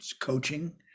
coaching